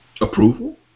approval